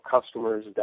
customers